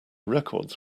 records